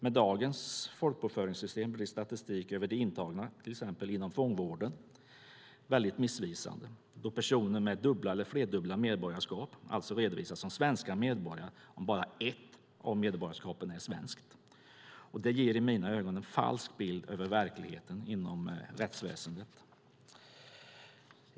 Med dagens folkbokföringssystem blir statistiken av till exempel de intagna inom fångvården väldigt missvisande då personer med dubbla eller flerdubbla medborgarskap redovisas som svenska medborgare om bara ett av medborgarskapen är svenskt. Det ger i mina ögon en falsk bild av verkligheten inom rättsväsendet.